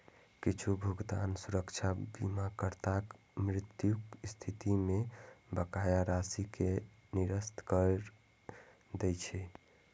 किछु भुगतान सुरक्षा बीमाकर्ताक मृत्युक स्थिति मे बकाया राशि कें निरस्त करै दै छै